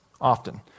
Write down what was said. often